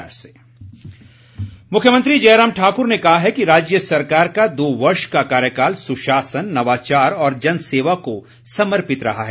मुख्यमंत्री मुख्यमंत्री जयराम ठाकुर ने कहा है कि राज्य सरकार का दो वर्ष का कार्यकाल सुशासन नवाचार और जनसेवा को समर्पित रहा है